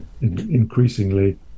increasingly